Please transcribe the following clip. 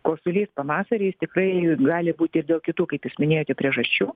kosulys pavasarį jis tikrai gali būt ir dėl kitų kaip jūs minėjote priežasčių